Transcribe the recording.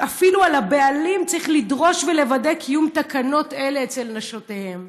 אפילו מהבעלים צריך לדרוש ולוודא קיום תקנות אלה אצל נשותיהם.